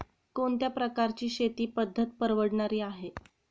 कोणत्या प्रकारची शेती पद्धत परवडणारी आहे?